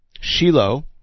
Shiloh